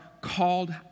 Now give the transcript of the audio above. called